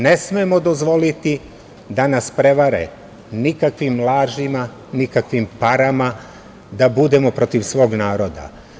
Ne smemo dozvoliti da nas prevare nikakvim lažima, nikakvim parama, da budemo protiv svog naroda.